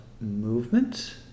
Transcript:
movement